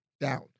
down